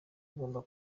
ugomba